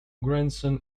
grandson